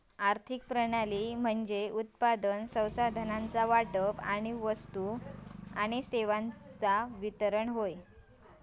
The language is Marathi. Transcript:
आर्थिक प्रणाली म्हणजे उत्पादन, संसाधनांचो वाटप आणि वस्तू आणि सेवांचो वितरण